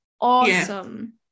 awesome